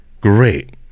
great